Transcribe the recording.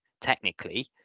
technically